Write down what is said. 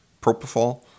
propofol